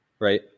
right